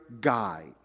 guide